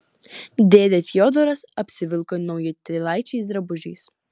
dėdė fiodoras apsivilko naujutėlaičiais drabužiais